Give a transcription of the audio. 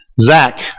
Zach